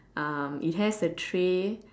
um it has a tray